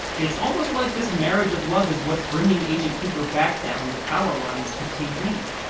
it's almost like this marriage of love is what's bringing agent cooper back down the power lines to tv.